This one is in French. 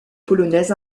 polonaise